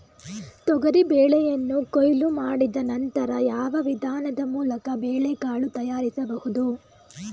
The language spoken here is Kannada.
ತೊಗರಿ ಬೇಳೆಯನ್ನು ಕೊಯ್ಲು ಮಾಡಿದ ನಂತರ ಯಾವ ವಿಧಾನದ ಮೂಲಕ ಬೇಳೆಕಾಳು ತಯಾರಿಸಬಹುದು?